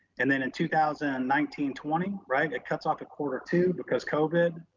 and then in two thousand and nineteen twenty, right, it cuts off at quarter two because covid,